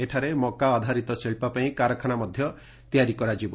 ଏଠାରେ ମକା ଆଧାରିତ ଶିକ୍ର ପାଇଁ କାରଖାନା ତିଆରି କରାଯିବ